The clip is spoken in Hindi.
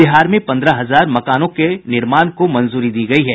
बिहार में पन्द्रह हजार मकानों के निर्माण को मंजूरी दी गयी है